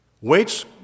Weights